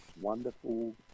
wonderful